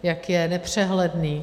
Jak je nepřehledný.